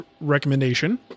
recommendation